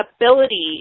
ability